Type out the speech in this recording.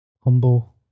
Humble